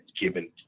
given